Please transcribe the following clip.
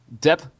Dep